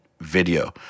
video